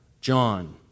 John